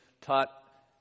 taught